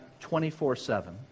24-7